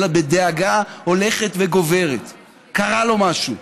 אלא בדאגה הולכת וגוברת: קרה לו משהו.